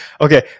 Okay